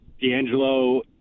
D'Angelo